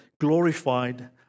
glorified